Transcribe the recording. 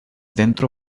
dentro